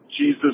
Jesus